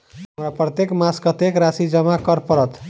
हमरा प्रत्येक मास कत्तेक राशि जमा करऽ पड़त?